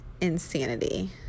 insanity